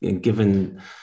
given